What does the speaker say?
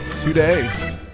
today